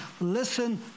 Listen